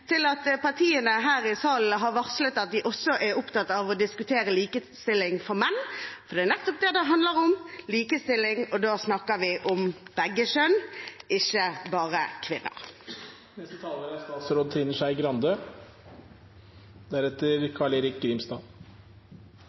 at partiene her i salen har varslet at de også er opptatt av å diskutere likestilling for menn. Det er nettopp det det handler om, likestilling, og da snakker vi om begge kjønn, ikke bare kvinner. Jeg er glad for at det er